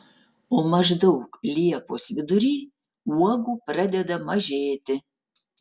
o maždaug liepos vidury uogų pradeda mažėti